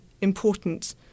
important